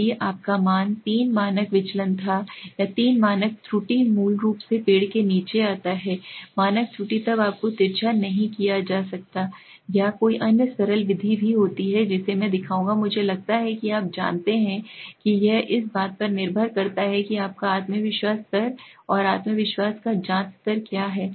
यदि आपका मान तीन मानक विचलन या तीन मानक त्रुटि मूल रूप से पेड़ के बीच आता है मानक त्रुटि तब आपको तिरछा नहीं किया जाता है या कोई अन्य सरल विधि भी होती है जिसे मैं दिखाऊंगा मुझे लगता है कि आप जानते हैं कि यह इस बात पर निर्भर करता है कि आपका आत्मविश्वास स्तर और आत्मविश्वास का जाँच स्तर क्या है